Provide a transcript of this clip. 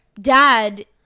Dad